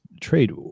trade